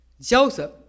Joseph